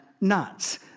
nuts